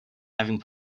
having